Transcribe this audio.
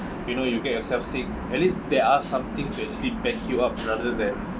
you know you get yourself sick at least there are some things that actually back you up rather than